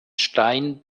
stein